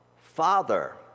Father